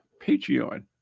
Patreon